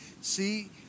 see